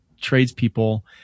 tradespeople